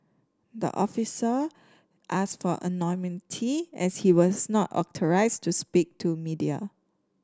the official asked for anonymity as he was not authorised to speak to media